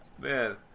Man